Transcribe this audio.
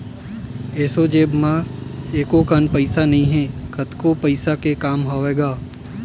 एसो जेब म एको कन पइसा नइ हे, कतको पइसा के काम हवय गा